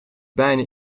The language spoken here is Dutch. bijna